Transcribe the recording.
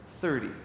thirty